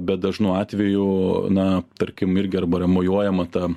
bet dažnu atveju na tarkim irgi arba yra mojuojama ta